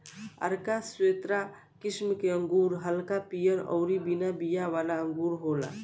आरका श्वेता किस्म के अंगूर हल्का पियर अउरी बिना बिया वाला अंगूर होला